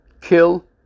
kill